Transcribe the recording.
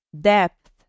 depth